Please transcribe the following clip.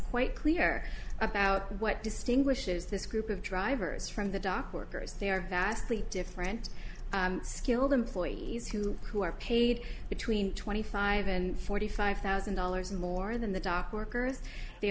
quite clear about what distinguishes this group of drivers from the dock workers they are vastly different skilled employees who who are paid between twenty five and forty five thousand dollars more than the dock workers they